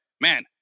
man